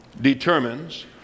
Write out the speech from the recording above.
determines